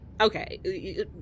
Okay